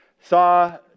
saw